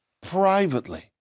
privately